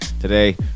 Today